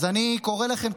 אז אני קורא לכם,